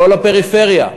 לא לפריפריה.